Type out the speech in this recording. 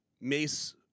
mace